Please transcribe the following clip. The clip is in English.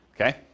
okay